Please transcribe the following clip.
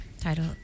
Title